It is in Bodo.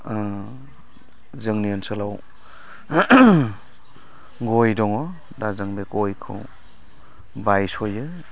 जोंनि ओनसोलाव गय दङ दा जों बे गयखौ बायस'यो